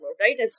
right